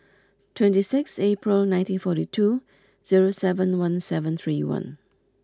twenty six April nineteen forty two zero seven one seven three one